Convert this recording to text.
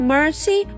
Mercy